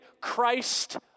Christ